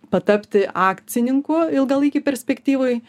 patapti akcininku ilgalaikėj perspektyvoj